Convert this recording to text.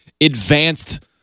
advanced